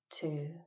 two